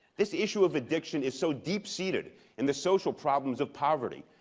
this issue of addiction is so deep seeded in the social problems of poverty,